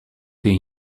the